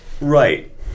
Right